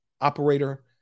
operator